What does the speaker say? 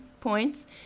points